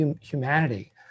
humanity